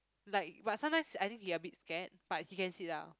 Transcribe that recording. like but sometimes I think he a bit scared but he can sit lah